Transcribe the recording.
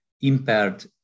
impaired